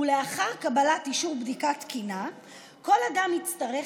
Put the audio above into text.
ולאחר קבלת אישור בדיקה תקינה כל אדם יצטרך,